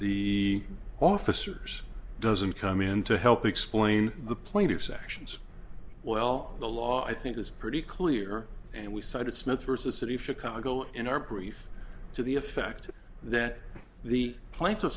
the officers doesn't come in to help explain the plaintiff's actions well the law i think is pretty clear and we cited smith versus city of chicago in our brief to the effect that the pla